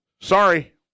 Sorry